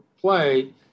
play